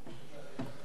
אדוני היושב-ראש,